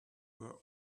were